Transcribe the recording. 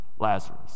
Lazarus